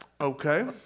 Okay